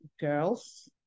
girls